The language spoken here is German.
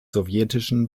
sowjetischen